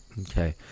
Okay